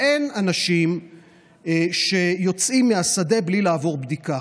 ואין אנשים שיוצאים מהשדה בלי לעבור בדיקה.